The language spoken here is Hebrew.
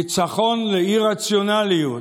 ניצחון לאי-רציונליות,